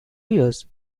years